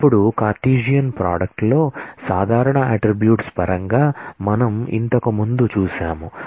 ఇప్పుడు Cartesian product లో సాధారణ అట్ట్రిబ్యూట్స్ పరంగా మనం ఇంతకు ముందు చూశాము